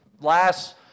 last